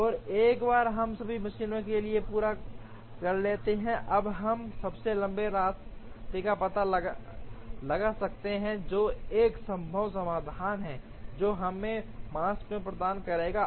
और एक बार हम सभी मशीनों के लिए पूरा कर लेते हैं अब हम सबसे लंबे रास्ते का पता लगा सकते हैं जो एक संभव समाधान होगा जो हमें माकस्पन प्रदान करेगा